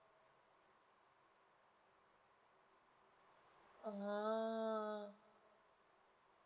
orh